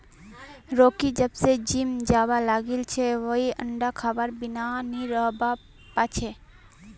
Rocky जब स gym जाबा लागिल छ वइ अंडा खबार बिनइ नी रहबा पा छै